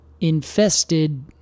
Infested